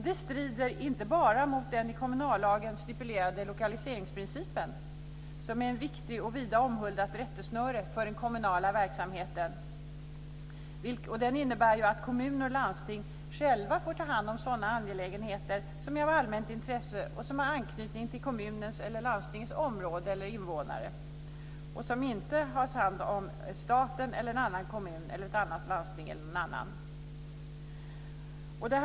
Det strider mot den i kommunallagen stipulerade lokaliseringsprincipen, som är ett viktigt och vida omhuldat rättesnöre för den kommunala verksamheten. Den innebär att kommuner och landsting själva får ta hand om sådana angelägenheter som är av allmänt intresse och som har anknytning till kommunens eller landstingets område eller invånare och som inte staten, en annan kommun, ett annat landsting eller någon annan har hand om.